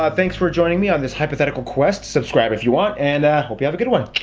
ah thanks for joining me on this hypothetical quest. subscribe if you want, and i hope you have a good one!